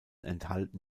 enthalten